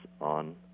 on